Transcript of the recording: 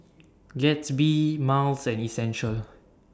Gatsby Miles and Essential